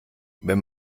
wenn